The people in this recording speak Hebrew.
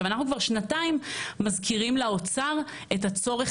אנחנו כבר שנתיים מזכירים לאוצר את הצורך